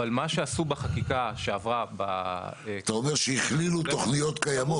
אבל מה שעשו בחקיקה שעברה --- אתה אומר שהכלילו תכניות קיימות.